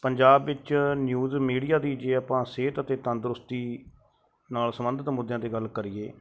ਪੰਜਾਬ ਵਿੱਚ news media ਦੀ ਜੇ ਆਪਾਂ ਸਿਹਤ ਅਤੇ ਤੰਦਰੁਸਤੀ ਨਾਲ ਸੰਬੰਧਿਤ ਮੁੱਦਿਆਂ 'ਤੇ ਗੱਲ ਕਰੀਏ